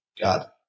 God